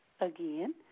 Again